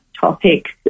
Topics